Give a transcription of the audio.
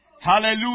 Hallelujah